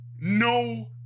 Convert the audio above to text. no